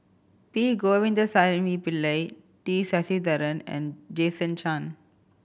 P Govindasamy Pillai T Sasitharan and Jason Chan